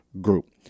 group